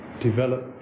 develop